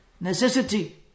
necessity